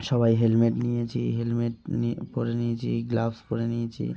সবাই হেলমেট নিয়েছি হেলমেট নিয়ে পরে নিয়েছি গ্লাভস পরে নিয়েছি